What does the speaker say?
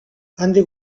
handik